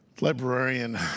librarian